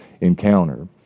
encounter